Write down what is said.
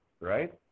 right